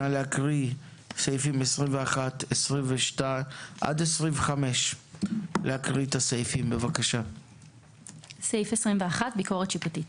נא להקריא את סעיפים 21 עד 25. ביקורת שיפוטית